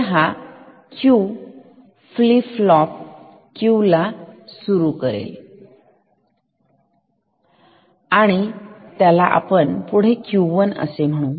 तर हा Q flip flop ला सुरू करेल त्याला आपण Q1 असे म्हणू